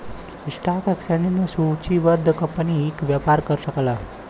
stock exchange में सूचीबद्ध company ही व्यापार कर सकला